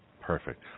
Perfect